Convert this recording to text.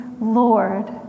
Lord